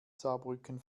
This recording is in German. saarbrücken